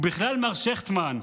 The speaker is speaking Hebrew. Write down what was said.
ובכלל, מר שכטמן,